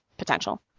potential